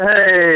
Hey